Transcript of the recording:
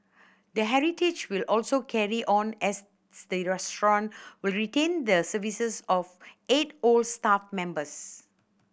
the heritage will also carry on as restaurant will retain the services of eight old staff members